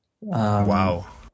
wow